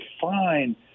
fine